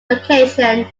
location